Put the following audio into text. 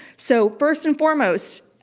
so, first and foremost,